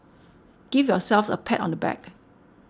give yourselves a pat on the back